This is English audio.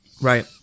right